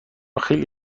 خیلی